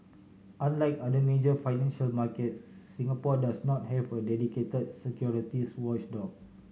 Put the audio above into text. unlike other major financial markets Singapore does not have a dedicated securities watchdog